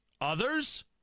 Others